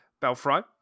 belfry